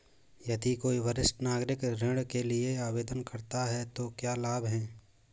यदि कोई वरिष्ठ नागरिक ऋण के लिए आवेदन करता है तो क्या लाभ हैं?